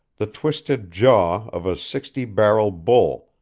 the twisted jaw of a sixty-barrel bull,